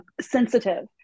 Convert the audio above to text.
sensitive